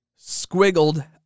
squiggled